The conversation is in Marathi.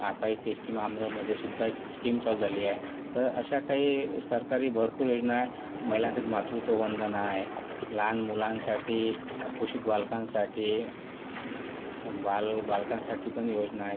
आता एस टी महामंडळमध्येसुद्दा एक स्कीम चालू झाली आहे तर अशा काही सरकारी भरपूर योजना आहे महिलांसाठी मातृत्ववंदना आहे लहान मुलांसाठी कुपोषित बालकांसाठी बाल बालकांसाठी पण योजना आहेत